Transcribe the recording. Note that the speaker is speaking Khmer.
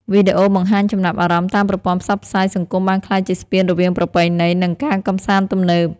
វីដេអូបង្ហាញចំណាប់អារម្មណ៍តាមប្រព័ន្ធផ្សព្វផ្សាយសង្គមបានក្លាយជាស្ពានរវាងប្រពៃណី និងការកម្សាន្តទំនើប។